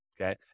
okay